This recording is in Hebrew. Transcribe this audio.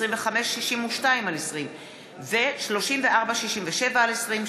2562/20 ו-3467/20,